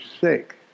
sick